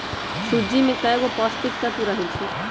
सूज्ज़ी में कएगो पौष्टिक तत्त्व रहै छइ